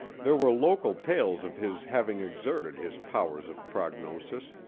there were local tales of his having exerted his powers of prognosis,